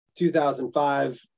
2005